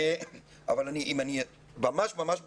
אבל ממש ממש בקצרה,